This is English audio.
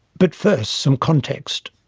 but first some context.